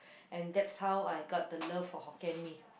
and that's how I got the love for Hokkien-Mee Hokkien-Mee